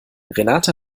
renate